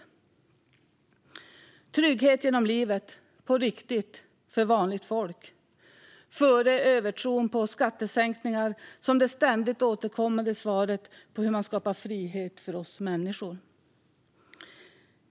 Det handlar om trygghet genom livet, på riktigt, för vanligt folk, före övertron på skattesänkningar som det ständigt återkommande svaret på hur man skapar frihet för oss människor.